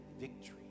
victory